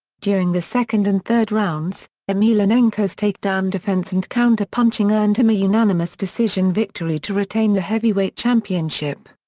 during the second and third rounds, emelianenko's takedown defense and counter-punching earned him a unanimous decision victory to retain the heavyweight championship.